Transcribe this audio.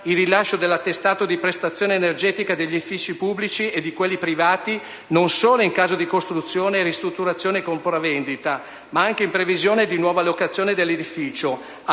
il rilascio dell'attestato di prestazione energetica degli edifici pubblici e di quelli privati non solo in caso di costruzione, ristrutturazione e compravendita, ma anche in previsione di nuova locazione dell'edificio.